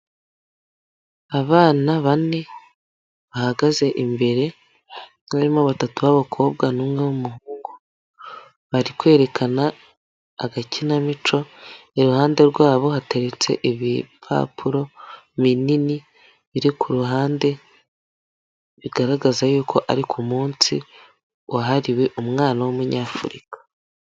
Abana bane bahagaze imbere, barimo batatu b'abakobwa n'umwe w'umuhungu, bari kwerekana agakinamico, iruhande rwabo hateretse ibipapuro binini, biri ku ruhande bigaragaza yuko ari ku munsi wahariwe umwana w'umunyafurik.a